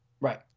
Right